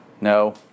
No